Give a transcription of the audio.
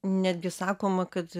netgi sakoma kad